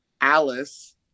alice